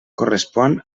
correspon